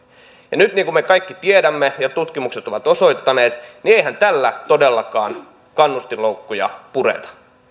kannustinloukkuja mutta niin kuin me kaikki tiedämme ja tutkimukset ovat osoittaneet eihän tällä todellakaan kannustinloukkuja pureta